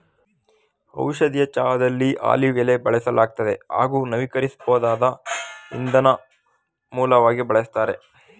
ಔಷಧೀಯ ಚಹಾದಲ್ಲಿ ಆಲಿವ್ ಎಲೆ ಬಳಸಲಾಗ್ತದೆ ಹಾಗೂ ನವೀಕರಿಸ್ಬೋದಾದ ಇಂಧನ ಮೂಲವಾಗಿ ಬಳಸ್ತಾರೆ